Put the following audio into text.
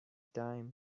time